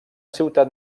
ciutat